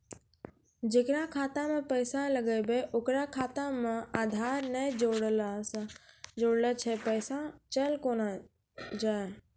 जेकरा खाता मैं पैसा लगेबे ओकर खाता मे आधार ने जोड़लऽ छै पैसा चल कोना जाए?